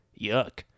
Yuck